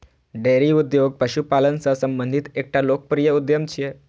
dairy उद्योग पशुपालन सं संबंधित एकटा लोकप्रिय उद्यम छियै